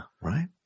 Right